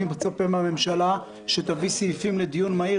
אני מצפה מן הממשלה שתביא נושאים לדיון מהיר